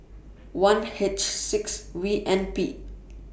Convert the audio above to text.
one H six V N P